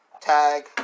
tag